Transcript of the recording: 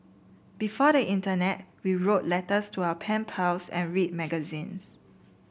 before the internet we wrote letters to our pen pals and read magazines